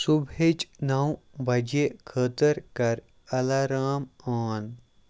صُبحٕچ نَو بَجے خٲطٕر کَر اَلَرام آن